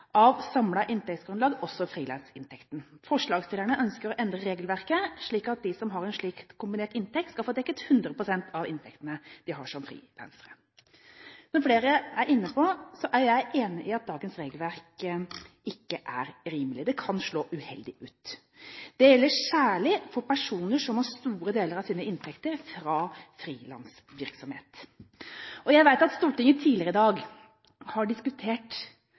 av samlet inntektsgrunnlag, også frilansinntekten. Forslagsstillerne ønsker å endre regelverket, slik at de som har en slik kombinert inntekt, skal få dekket 100 pst. av inntektene de har som frilansere. Som flere er inne på, er jeg enig i at dagens regelverk ikke er rimelig – det kan slå uheldig ut. Det gjelder særlig for personer som har store deler av sine inntekter fra frilansvirksomhet. Jeg vet at Stortinget tidligere i dag har diskutert